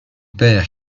père